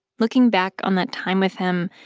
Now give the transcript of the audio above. looking back on that time with him,